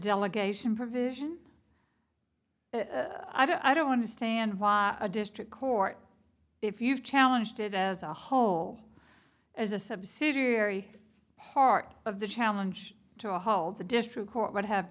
delegation provision i don't understand why a district court if you've challenged it as a whole as a subsidiary part of the challenge to hold the district court would have